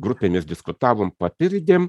grupėmis diskutavom papildėm